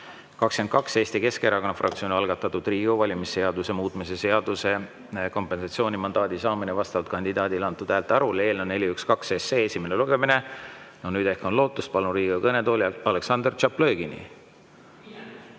22, Eesti Keskerakonna fraktsiooni algatatud Riigikogu valimise seaduse muutmise seaduse (kompensatsioonimandaadi saamine vastavalt kandidaadile antud häälte arvule) eelnõu, 412 SE, esimene lugemine. No nüüd ehk on lootust. Palun Riigikogu kõnetooli Aleksandr Tšaplõgini.